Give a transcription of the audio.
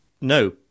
no